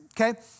Okay